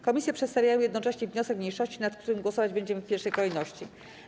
Komisje przedstawiają jednocześnie wniosek mniejszości, nad którym głosować będziemy w pierwszej kolejności.